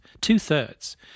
Two-thirds